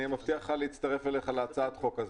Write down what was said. אני מבטיח להצטרף אליך להצעת החוק הזו,